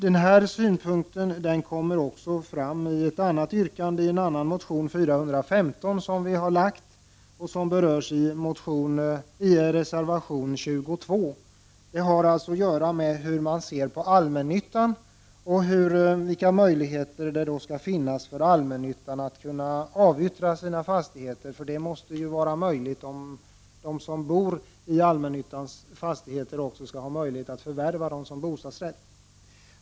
Denna synpunkt kommer också fram i ett annat yrkande i en annan motion, nämligen i motion 1988/89:Bo415, som centern har väckt och som berörs i reservation 22. Det handlar alltså om hur man ser på allmännyttan och vilka möjligheter som skall finnas för allmännyttan att avyttra sina fastigheter, vilket måste vara möjligt om de som bor i allmännyttans fastigheter skall kunna förvärva dem och ombilda dem från hyresrätt till bostadsrätt.